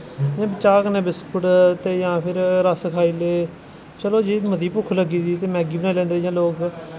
इ'यां चाह् कन्नै बिस्कुट जां रस खाई ले चलो जे जैदा भुक्ख लग्गी दी ते मैह्गी बनाई लैंदे इ'यां लोग